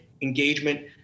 engagement